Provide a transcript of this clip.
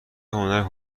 هنر